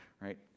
right